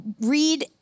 read